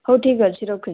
ହଉ ଠିକ୍ ଅଛି ରଖୁଛି